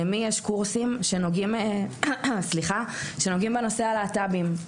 למי יש קורסים שנוגעים בנושא הלהט"בים.